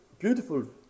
beautiful